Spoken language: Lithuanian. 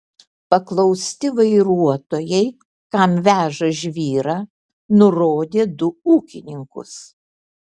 paklausti vairuotojai kam veža žvyrą nurodė du ūkininkus